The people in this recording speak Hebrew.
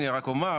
אני רק אומר,